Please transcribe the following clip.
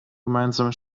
gemeinsame